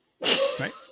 Right